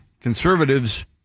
conservatives